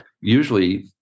Usually